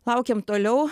laukėm toliau